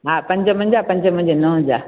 हा पंज मुंहिंजा पंज मुंजी नुंहुं जा